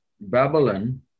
Babylon